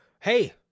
Hey